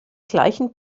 gleichen